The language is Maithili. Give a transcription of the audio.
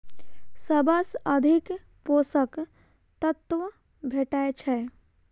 सबसँ अधिक पोसक तत्व भेटय छै?